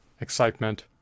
excitement